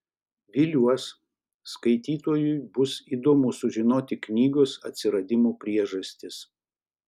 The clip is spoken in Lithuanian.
viliuos skaitytojui bus įdomu sužinoti knygos atsiradimo priežastis